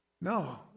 No